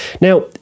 Now